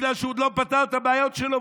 בגלל שהוא עוד לא פתר את הבעיות שלו,